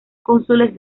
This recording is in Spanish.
cónsules